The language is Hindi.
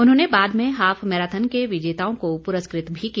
उन्होंने बाद में हाफ मैराथन के विजेताओं को पुरस्कृत भी किया